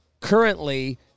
currently